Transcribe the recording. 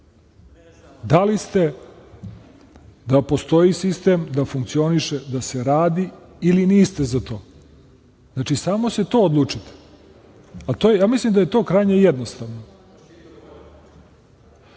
da li ste da postoji sistem, da funkcioniše, da se radi ili niste za to. Znači, samo se to odlučite. Ja mislim da je to krajnje jednostavno.